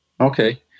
Okay